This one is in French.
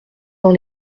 dans